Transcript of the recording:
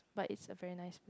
but it's a very nice place